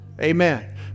Amen